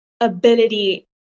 ability